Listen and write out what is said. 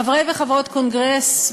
חברי וחברות קונגרס,